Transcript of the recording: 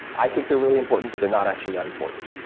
i think they're really important but they're not actually that important,